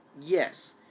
Yes